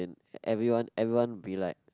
and everyone everyone be like